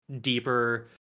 deeper